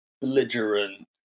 belligerent